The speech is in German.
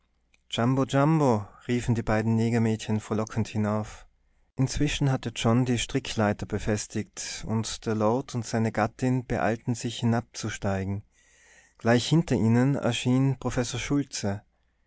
riefen die beiden negermädchen frohlockend hinauf inzwischen hatte john die strickleiter befestigt und der lord und seine gattin beeilten sich hinabzusteigen gleich hinter ihnen erschien professor schultze